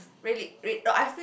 really wait no I feel